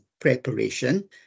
preparation